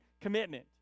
commitment